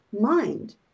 mind